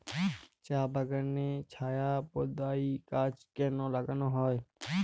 চা বাগানে ছায়া প্রদায়ী গাছ কেন লাগানো হয়?